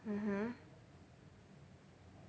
mmhmm